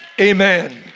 Amen